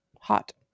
Hot